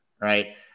Right